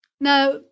Now